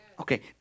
Okay